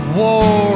war